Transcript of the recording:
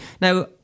now